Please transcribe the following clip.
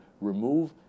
remove